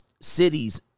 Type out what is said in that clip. cities